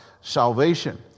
salvation